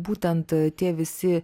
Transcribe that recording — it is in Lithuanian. būtent tie visi